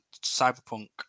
Cyberpunk